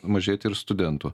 mažėti ir studentų